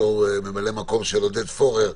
אלי אבידר, בתור ממלא מקום של עודד פורר,